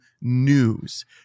news